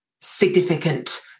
significant